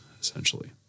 essentially